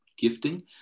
gifting